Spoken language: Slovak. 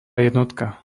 jednotka